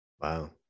Wow